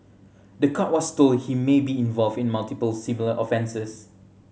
the court was told he may be involved in multiple similar offences